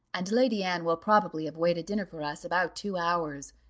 and lady anne will probably have waited dinner for us about two hours,